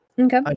Okay